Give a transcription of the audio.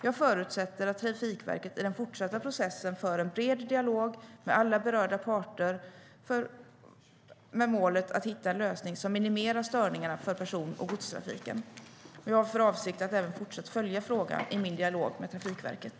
Jag förutsätter att Trafikverket i den fortsatta processen för en bred dialog med alla berörda parter med målet att hitta en lösning som minimerar störningarna för person och godstrafiken. Jag har för avsikt att även fortsättningsvis följa frågan i min dialog med Trafikverket.